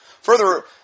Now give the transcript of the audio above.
Further